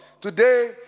Today